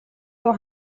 дуу